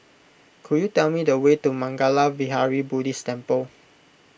could you tell me the way to Mangala Vihara Buddhist Temple